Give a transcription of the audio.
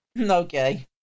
Okay